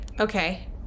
okay